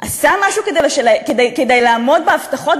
עשה משהו כדי לעמוד בהבטחות,